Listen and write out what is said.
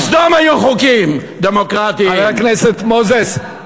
חבר הכנסת מוזס,